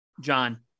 John